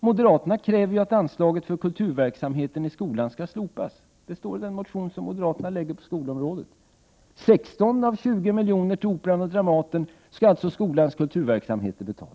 Moderaterna kräver ju att anslaget för kulturverksamhet i skolan skall slopas. Det står i den motion som moderaterna väckt på skolomårdet. 16 av 20 miljoner till Operan och Dramaten skall skolans kulturverksamheter betala.